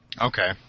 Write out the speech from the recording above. Okay